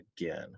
again